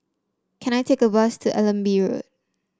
can I take a bus to Allenby Road